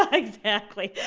ah exactly.